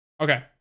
Okay